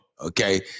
okay